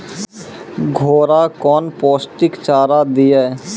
घोड़ा कौन पोस्टिक चारा दिए?